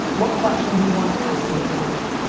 what question to you want to ask the vayner nation?